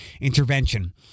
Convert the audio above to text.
intervention